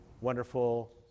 wonderful